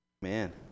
Man